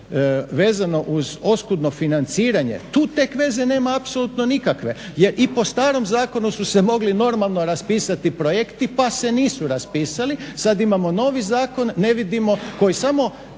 vezano uz oskudno financiranje tu tek veze nema apsolutno nikakve jer i po starom zakonu se mogli normalno raspisati projekti pa se nisu raspisali. Sad imamo novi zakon, ne vidimo, koji samo